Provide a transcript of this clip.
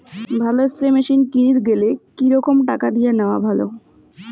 ভালো spray machine কিনির গেলে কি রকম টাকা দিয়া নেওয়া ভালো?